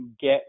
get